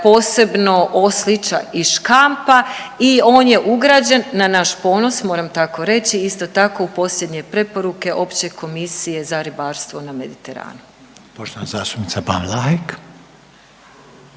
posebno oslića i škampa i on je ugrađen, na naš ponos moram tako reći, isto tako u posljednje preporuke Opće komisije za ribarstvo na Mediteranu.